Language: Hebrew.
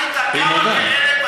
אתם יודעים מה זה גורם,